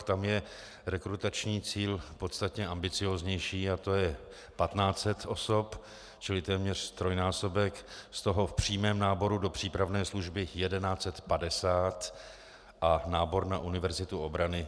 Tam je rekrutační cíl podstatně ambicioznější, a to je 1 500 osob, čili téměř trojnásobek, z toho v přímém náboru do přípravné služby 1 150 a nábor na Univerzitu obrany 350.